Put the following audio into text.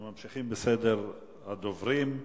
אנחנו ממשיכים בסדר הדוברים.